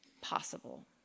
possible